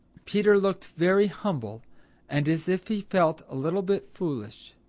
peter looked very humble and as if he felt a little bit foolish.